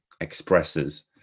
expresses